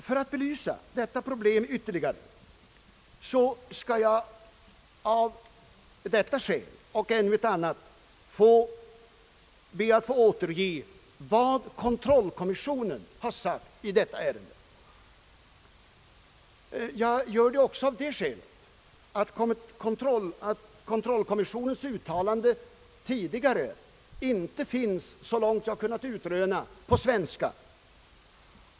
För att belysa problematiken ytterligare skall jag av detta och ännu ett skäl be att få återge kontrollkommissionens nämnda uttalande. Jag gör det också av det skälet att kontrollkommissionens uttalande tidigare, så långt jag har kunnat utröna, inte finns på svenska.